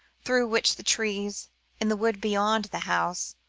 through which the trees in the wood beyond the house,